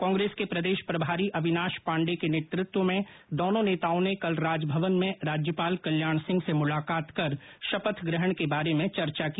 कांग्रेस के प्रदेश प्रभारी अविनाष पाण्डे के नेतृत्व में दोनों नेताओं ने कल राजभवन में राज्यपाल कल्याण सिंह से मुलाकात कर शपथ ग्रहण के बारे में चर्चा की